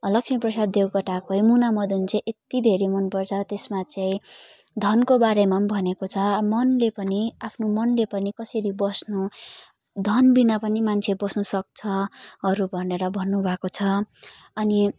लक्ष्मीप्रसाद देवकोटाको मुना मदन चाहिँ यति धेरै मन पर्छ त्यसमा चाहिँ धनको बारेमा भनेको छ मनले पनि आफ्नो मनले पनि कसरी बस्नु धन विना पनि मान्छे बस्नु सक्छहरू भनेर भन्नु भएको छ अनि